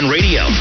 Radio